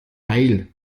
heil